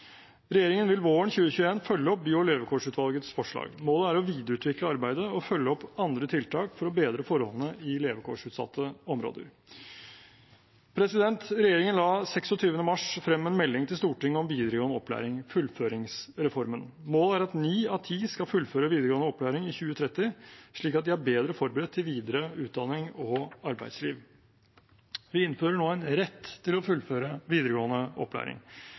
Regjeringen vil våren 2021 følge opp by- og levekårsutvalgets forslag. Målet er å videreutvikle arbeidet og følge opp andre tiltak for å bedre forholdene i levekårsutsatte områder. Regjeringen la 26. mars frem en melding til Stortinget om videregående opplæring, fullføringsreformen. Målet er at ni av ti skal fullføre videregående opplæring i 2030, slik at de er bedre forberedt til videre utdanning og arbeidsliv. Vi innfører nå en rett til å fullføre videregående opplæring.